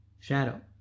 shadow